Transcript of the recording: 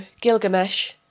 Gilgamesh